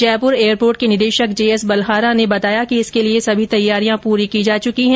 Jaipur airport के निदेशक JS Balhara ने आकाशवाणी को बताया कि इसके लिए सभी तैयारियां पूरी की जा चुकी है